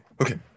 Okay